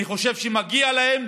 אני חושב שמגיע להם,